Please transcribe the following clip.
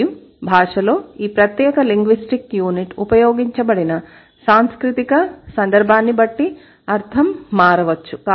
మరియు భాషలో ఈ ప్రత్యేక లింగ్విస్టిక్ యూనిట్ ఉపయోగించబడిన సాంస్కృతిక సందర్భాన్ని బట్టి అర్థం మారవచ్చు